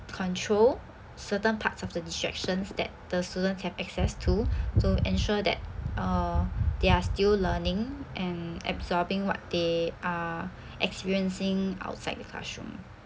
control certain parts of the distractions that the students have access to to ensure that uh they are still learning and absorbing what they are experiencing outside the classroom